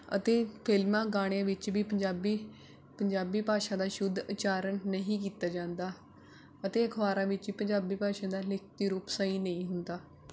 ਅਤੇ ਫਿਲਮਾਂ ਗਾਣੇ ਵਿੱਚ ਵੀ ਪੰਜਾਬੀ ਪੰਜਾਬੀ ਭਾਸ਼ਾ ਦਾ ਸ਼ੁੱਧ ਉਚਾਰਨ ਨਹੀਂ ਕੀਤਾ ਜਾਂਦਾ ਅਤੇ ਅਖਬਾਰਾਂ ਵਿੱਚ ਪੰਜਾਬੀ ਭਾਸ਼ਾ ਦਾ ਲਿਖਤੀ ਰੂਪ ਸਹੀ ਨਹੀਂ ਹੁੰਦਾ